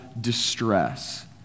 distress